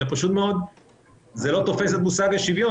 אלא זה פשוט לא תופס את מושג השוויון.